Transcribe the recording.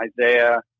Isaiah